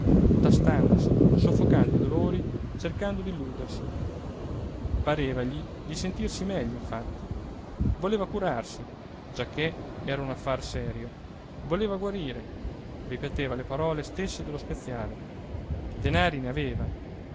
bomma tastandosi soffocando i dolori cercando d'illudersi parevagli di sentirsi meglio infatti voleva curarsi giacché era un affar serio voleva guarire ripeteva le parole stesse dello speziale denari ne aveva